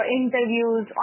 interviews